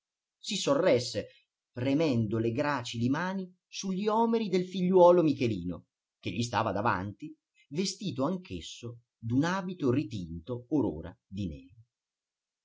si sorresse premendo le gracili mani su gli omeri del figliuolo michelino che gli stava davanti vestito anch'esso d'un abito ritinto or ora di nero